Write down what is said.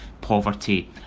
poverty